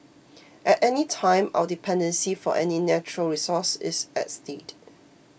at any time our dependency for any natural resource is at stake